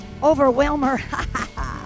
overwhelmer